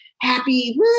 happy